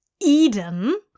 Eden